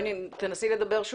כן.